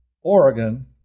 Oregon